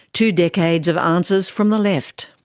two decades of answers from the left.